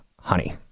honey